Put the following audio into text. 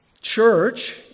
church